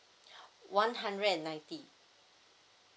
one hundred and ninety